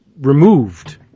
removed